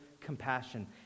compassion